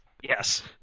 Yes